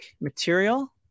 material